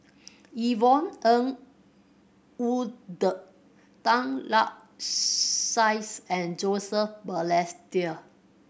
Yvonne Ng Uhde Tan Lark Sye and Joseph Balestier